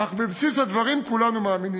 אך בבסיס הדברים כולנו מאמינים.